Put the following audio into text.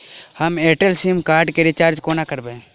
हम Airtel sim card केँ recharge कोना करबै?